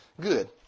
good